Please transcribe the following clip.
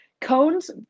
Cone's